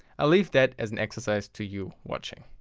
i leave that as an exercise to you watching.